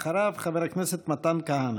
אחריו, חבר הכנסת מתן כהנא.